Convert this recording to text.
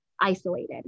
isolated